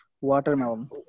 Watermelon